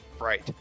right